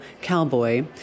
cowboy